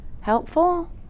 Helpful